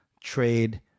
trade